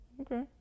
Okay